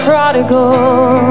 prodigal